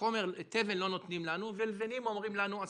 תבן לא נותנים לנו ולבנים אומרים לנו עשו.